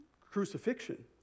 Crucifixion